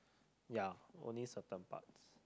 ya only certains but